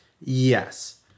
Yes